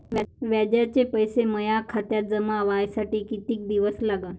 व्याजाचे पैसे माया खात्यात जमा व्हासाठी कितीक दिवस लागन?